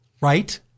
right